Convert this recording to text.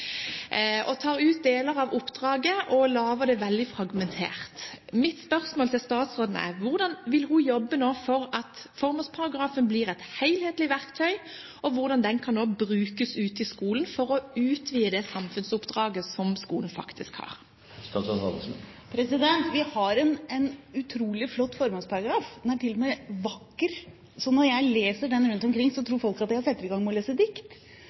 tar ut deler av oppdraget og lager det veldig fragmentert. Mitt spørsmål til statsråden er: Hvordan vil hun jobbe nå for at formålsparagrafen blir et helhetlig verktøy, og hvordan kan den brukes ute i skolen for å utvide det samfunnsoppdraget som skolen faktisk har? Vi har en utrolig flott formålsparagraf. Den er til og med vakker. Så når jeg leser den rundt omkring, tror folk at jeg setter i gang med å lese dikt.